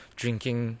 drinking